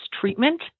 treatment